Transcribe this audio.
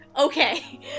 Okay